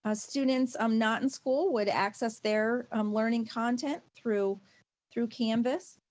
ah students um not in school would access their um learning content through through canvas.